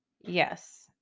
yes